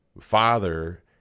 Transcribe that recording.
Father